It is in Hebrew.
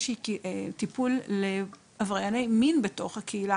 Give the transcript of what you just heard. שהוא טיפול לעברייני מין בתוך הקהילה,